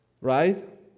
Right